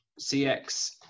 CX